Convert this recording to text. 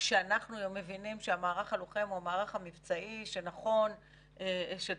כשאנחנו היום מבינים שהמערך הלוחם הוא המערך המבצעי שנכון שצעירים